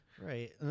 Right